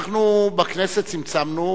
אנחנו בכנסת צמצמנו,